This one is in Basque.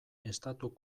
estatu